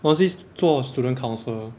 honestly 做 student council